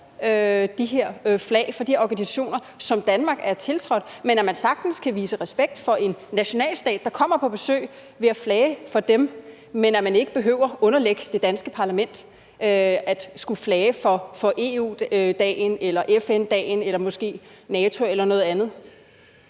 de her flag for de organisationer, som Danmark er tiltrådt, men at man sagtens kan vise respekt for en nationalstat, der kommer på besøg, ved at flage for dem, men at man ikke behøver at underlægge det danske parlament at skulle flage på EU-dagen eller FN-dagen eller måske for NATO eller noget andet?